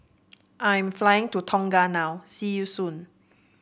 I'm flying to Tonga now see you soon